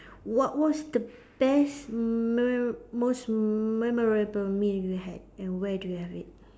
what was the best me~ most memorable meal you had and where do you have it